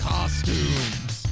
Costumes